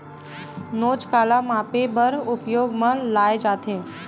नोच काला मापे बर उपयोग म लाये जाथे?